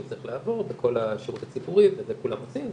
צריך לעבור בכל השירות הציבורי וזה כולם עושים,